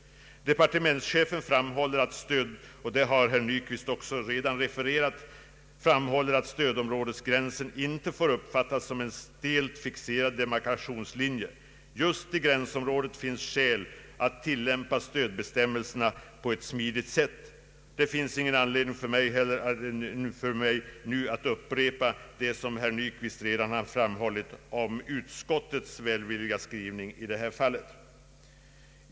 Departementschefen framhåller — och det har herr Nyquist redan refererat — att stödområdesgränsen inte får uppfattas som en fixerad demarkationslinje. Just i gränsområdet finns skäl att tillämpa stödbestämmelserna på ett smidigt sätt. Det finns ingen anledning för mig att nu upprepa det som herr Nyquist redan framhållit om utskottets välvilliga skrivning i detta fall.